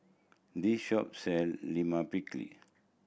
this shop sell Lime Pickle